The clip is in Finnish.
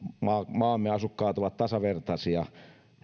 maamme asukkaat ovat tasavertaisia